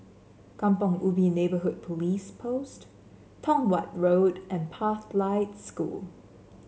Kampong Ubi Neighbourhood Police Post Tong Watt Road and Pathlight School